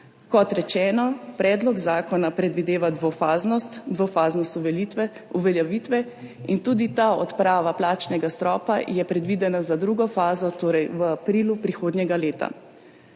Kot rečeno, predlog zakona predvideva dvofaznost, dvofaznost uveljavitve in tudi ta odprava plačnega stropa je predvidena za drugo fazo, torej v aprilu prihodnjega leta.